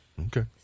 Okay